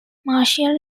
martial